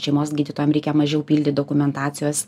šeimos gydytojam reikia mažiau pildyt dokumentacijos